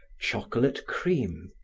chocolate cream,